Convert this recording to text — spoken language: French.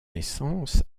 naissance